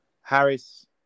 Harris